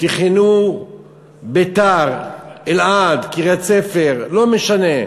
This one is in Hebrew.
תכננו את ביתר, אלעד, קריית-ספר, ולא משנה,